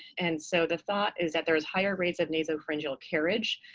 and so the thought is that there is higher rates of nasopharyngeal carriage.